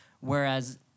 Whereas